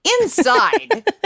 Inside